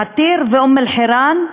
עתיר ואום-אלחיראן,